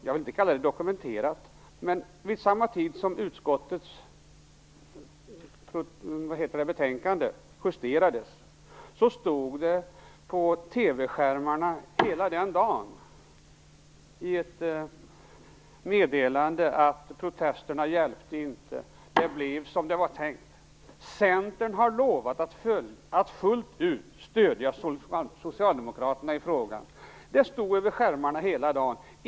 Vid samma tid som utskottets betänkande justerades stod det på TV-skärmarna hela den dagen i ett meddelande: Protesterna hjälpte inte. Det blev som det var tänkt. Centern har lovat att fullt ut stödja Socialdemokraterna i frågan. Det stod på skärmarna hela dagen.